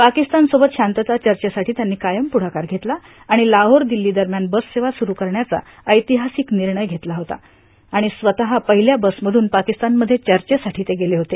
पाकिस्तान सोबत शांतता चर्चेसाठी त्यांनी कायम प्रढाकार घेतला आणि लाहोर दिल्ली दरम्यान बस सेवा सुरू करण्याचा ऐतिहासिक निर्णय घेतला होता आणि स्वतः पहिल्या बस मधून पाकिस्तान मध्ये चर्चेसाठी ते गेले होते